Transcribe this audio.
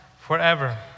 forever